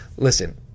listen